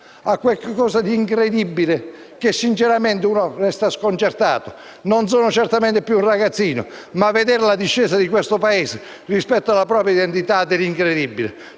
È qualcosa di incredibile che sinceramente ci lascia sconcertati. Non sono certamente un ragazzino, ma vedere la discesa di questo Paese rispetto alla propria identità ha dell'incredibile,